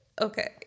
okay